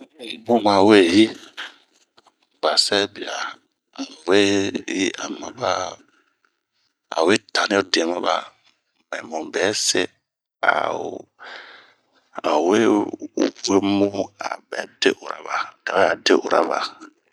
Eh bun ma weyi, ba sabia ao we yi'a ma ba, a'o we tani'ote maba ,mɛ mu bɛ se ao we wemu ao bɛ de ura ba, otawɛ ade ura ba.